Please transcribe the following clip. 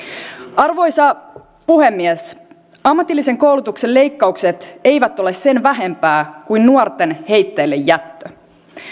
arvoisa puhemies ammatillisen koulutuksen leikkaukset eivät ole sen vähempää kuin nuorten heitteillejättö